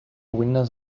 windows